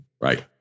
right